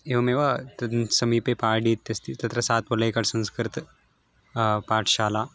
एवमेव तद्न् समीपे पाडी इत्यस्ति तत्र सात् वोल्लेकड् संस्कृत पाठशाला